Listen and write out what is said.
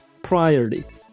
priorly